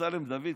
אמסלם דוד,